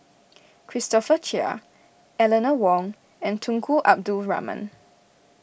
Christopher Chia Eleanor Wong and Tunku Abdul Rahman